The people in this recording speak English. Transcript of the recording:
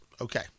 Okay